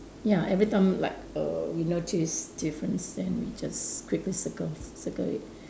ya everytime like err we notice difference then we just quickly circle circle it